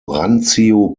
randzio